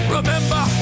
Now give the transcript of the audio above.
Remember